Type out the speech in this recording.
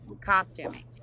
costuming